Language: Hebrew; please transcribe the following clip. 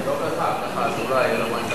מסכים.